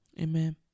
amen